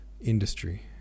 industry